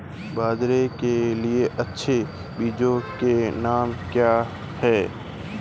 बाजरा के लिए अच्छे बीजों के नाम क्या हैं?